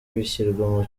bishyirwa